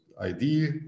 ID